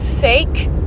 fake